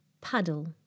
Puddle